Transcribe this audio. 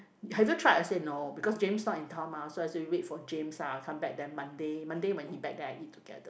have you tried I said no because James not in town mah so I said we wait for James ah come back then Monday Monday when he back then I eat together